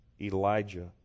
Elijah